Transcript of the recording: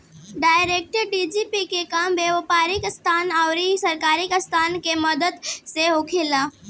direct deposit के काम व्यापारिक संस्था आउर सरकारी संस्था के मदद से होला